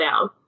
down